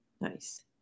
Nice